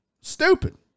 Stupid